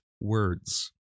words